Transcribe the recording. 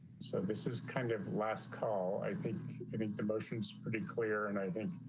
so this is kind of last call. i think i mean the motions pretty clear and i think